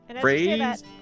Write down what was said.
phrase